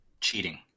cheating